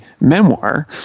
memoir